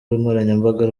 nkoranyambaga